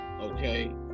okay